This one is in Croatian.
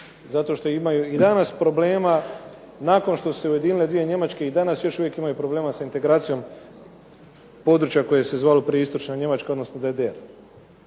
zato što imaju i danas problema. Nakon što su se ujedinile dvije Njemačke, i danas još uvijek imaju problema sa integracijom područja koje se zvalo prije Istočna Njemačka odnosno DDR.